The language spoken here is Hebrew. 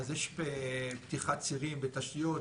אז יש פתיחת צירים ותשתיות.